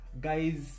guys